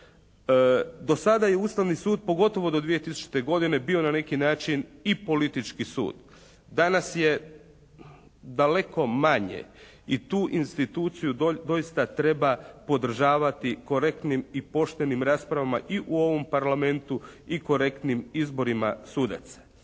Do sada je Ustavni sud pogotovo do 2000. godine bio na neki način i politički sud. Danas je daleko manje i tu instituciju doista treba podržavati korektnim i poštenim raspravama i u ovom Parlamentu i korektnim izborima sudaca.